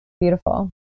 Beautiful